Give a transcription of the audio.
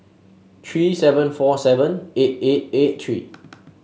three seven four seven eight eight eight three